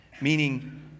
meaning